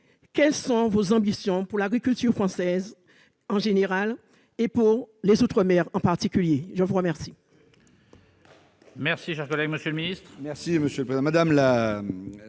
quelles sont vos ambitions pour l'agriculture française en général, et celle des outre-mer en particulier ? La parole